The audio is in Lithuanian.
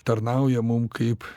tarnauja mum kaip